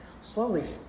slowly